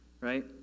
right